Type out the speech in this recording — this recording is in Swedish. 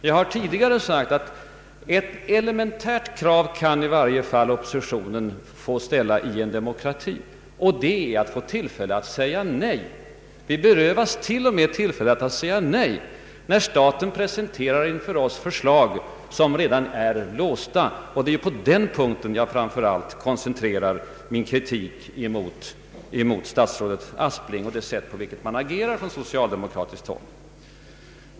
Jag har tidigare sagt att ett elementärt krav kan i varje fall oppositionen få ställa i en demokrati, och det är att få tillfälle att säga nej. Vi berövas t.o.m. tillfället att säga nej när staten för oss presenterar förslag som redan är låsta. Det är på den punkten jag framför allt koncentrerat min kritik mot statsrådet Aspling och mot det sätt på vilket man agerar på socialdemokratiskt håll.